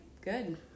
good